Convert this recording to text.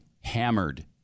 hammered